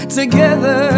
together